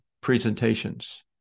presentations